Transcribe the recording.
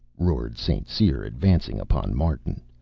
roared st. cyr, advancing upon martin.